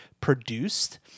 produced